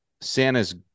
Santa's